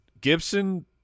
Gibson